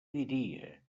diria